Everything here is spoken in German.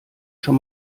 schon